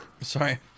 Sorry